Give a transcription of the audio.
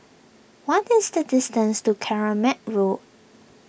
what is the distance to Keramat Road